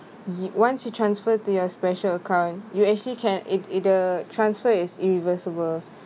yo~ once you transfer your special account you actually can~ i~ the transfer is irreversible